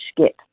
skip